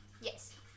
yes